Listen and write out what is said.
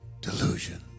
Delusion